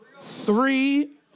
three